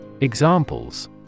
Examples